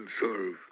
serve